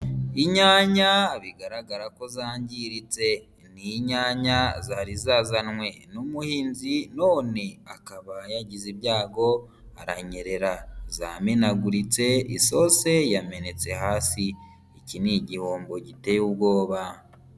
Inyanya bigaragara ko zangiritse, ni inyanya zari zazanwe n'umuhinzi none akaba yagize ibyago aranyerera zamenaguritse, isose yamenetse hasi iki ni igihombo giteye ubwoba.